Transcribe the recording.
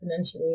exponentially